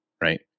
right